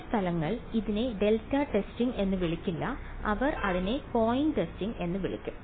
ചില സ്ഥലങ്ങൾ ഇതിനെ ഡെൽറ്റ ടെസ്റ്റിംഗ് എന്ന് വിളിക്കില്ല അവർ അതിനെ പോയിന്റ് ടെസ്റ്റിംഗ് എന്ന് വിളിക്കും